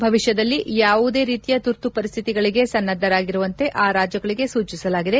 ಭವಿಷ್ಣದಲ್ಲಿ ಯಾವುದೇ ರೀತಿಯ ತುರ್ತು ಪರಿಸ್ಥಿತಿಗಳಿಗೆ ಸನ್ನದ್ದರಾಗಿರುವಂತೆ ಆ ರಾಜ್ಯಗಳಿಗೆ ಸೂಚಿಸಲಾಗಿದೆ